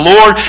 Lord